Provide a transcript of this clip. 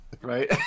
Right